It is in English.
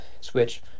Switch